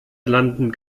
landen